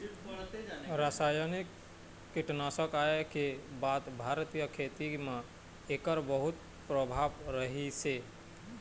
रासायनिक कीटनाशक आए के बाद भारतीय खेती म एकर बहुत प्रभाव रहीसे